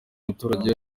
umuturage